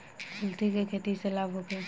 कुलथी के खेती से लाभ होखे?